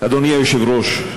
אדוני היושב-ראש,